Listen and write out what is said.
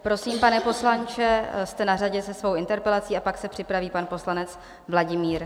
Prosím, pane poslanče, jste na řadě se svou interpelací, a pak se připraví pan poslanec Vladimír Zlínský.